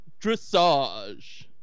dressage